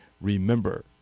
Remember